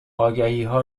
آگهیها